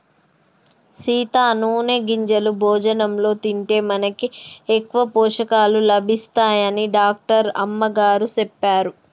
సీత నూనె గింజలు భోజనంలో తింటే మనకి ఎక్కువ పోషకాలు లభిస్తాయని డాక్టర్ అమ్మగారు సెప్పారు